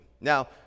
Now